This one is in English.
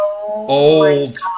old